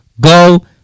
go